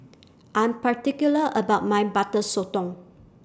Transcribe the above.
I'm particular about My Butter Sotong